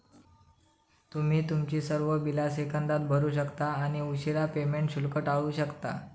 तुम्ही तुमची सर्व बिला सेकंदात भरू शकता आणि उशीरा पेमेंट शुल्क टाळू शकता